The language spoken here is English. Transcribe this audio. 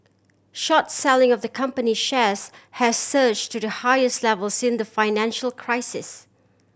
short selling of the company shares has surge to the highest level sin the financial crisis